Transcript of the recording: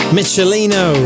Michelino